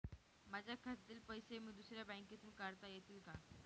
माझ्या खात्यातील पैसे मी दुसऱ्या बँकेतून काढता येतील का?